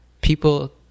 people